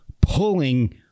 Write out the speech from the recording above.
pulling –